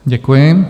Děkuji.